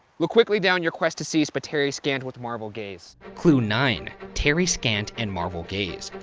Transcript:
look quickly down, your quest to cease, but tarry scant with marvel gaze. clue nine, tarry scant and marvel gaze.